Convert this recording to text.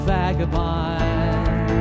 vagabond